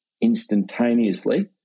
instantaneously